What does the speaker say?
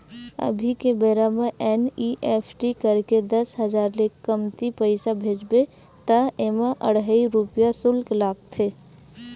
अभी के बेरा म एन.इ.एफ.टी करके दस हजार ले कमती पइसा भेजबे त एमा अढ़हइ रूपिया सुल्क लागथे